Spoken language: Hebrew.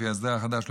לפי ההסדר החדש,